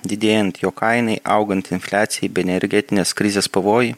didėjant jo kainai augant infliacijai bei energetinės krizės pavojui